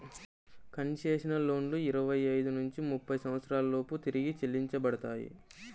concessional లోన్లు ఇరవై ఐదు నుంచి ముప్పై సంవత్సరాల లోపు తిరిగి చెల్లించబడతాయి